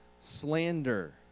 slander